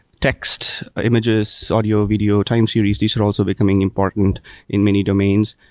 text, images, audio, video, time series, these are also becoming important in many domains,